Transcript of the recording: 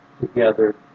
together